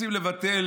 רוצים לבטל